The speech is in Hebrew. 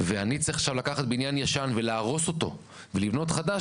ואני צריך עכשיו לקחת בניין ישן ולהרוס אותו ולבנות חדש,